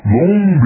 long